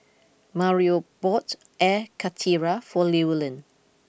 Mario bought Air Karthira for Llewellyn